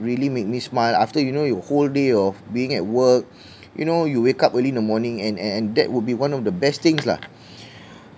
really make me smile after you know your whole day of being at work you know you wake up early in the morning and and and that would be one of the best things lah